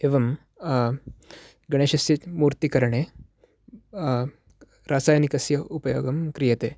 एवं गणेशस्य मूर्तिकरणे रासायनिकस्य उपयोगं क्रियते